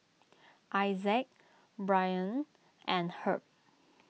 Isaac Brianne and Herb